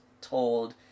told